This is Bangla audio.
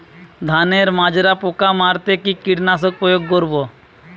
ধানের মাজরা পোকা মারতে কি কীটনাশক প্রয়োগ করব?